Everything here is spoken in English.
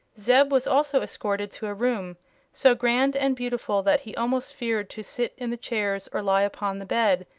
zeb was also escorted to a room so grand and beautiful that he almost feared to sit in the chairs or lie upon the bed,